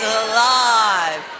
alive